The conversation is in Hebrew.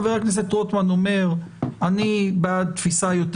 חבר הכנסת רוטמן אומר שאתה בעד תפיסה יותר